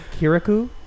Kiraku